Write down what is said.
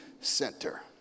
center